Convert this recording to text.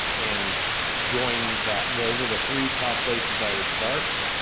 and join that. those are the three top places i would start.